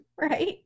Right